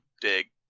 dig